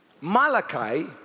Malachi